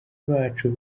bacu